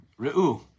Re'u